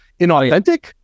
inauthentic